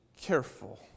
careful